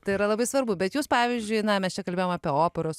tai yra labai svarbu bet jūs pavyzdžiui na mes čia kalbėjom apie operos